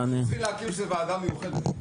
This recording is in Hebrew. צריכים להקים בשביל זה ועדה מיוחדת,